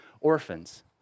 orphans